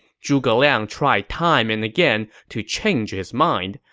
zhuge liang tried time and again to change his mind,